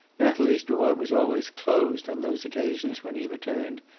natalie's door was always closed on those occasions when he returned,